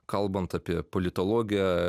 kalbant apie politologiją